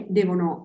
devono